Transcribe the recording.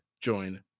join